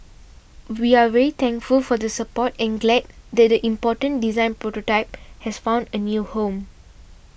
we are very thankful for the support and glad that the important design prototype has found a new home